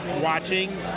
watching